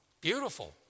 beautiful